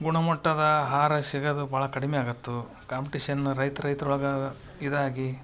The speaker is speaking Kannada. ಗುಣಮಟ್ಟದ ಆಹಾರ ಸಿಗದು ಭಾಳ ಕಡಿಮೆ ಆಗತ್ತು ಕಾಂಪಿಟಿಶನ್ ರೈತ್ರ ರೈತ್ರ ಒಳಗೆ ಇದಾಗಿ